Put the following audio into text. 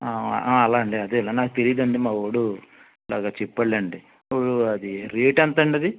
అలా అండి అదే ఇలా నాకు తెలియదు అండి మావాడు ఇలాగా చెప్పాడులెండి ఇప్పుడు అది రేట్ ఎంత అండి అది